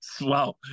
Wow